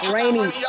Rainy